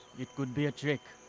it could be a trick!